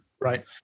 Right